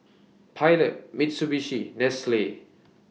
Pilot Mitsubishi Nestle